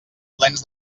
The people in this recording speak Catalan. plens